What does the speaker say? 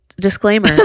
disclaimer